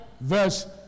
Verse